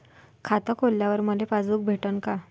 खातं खोलल्यावर मले पासबुक भेटन का?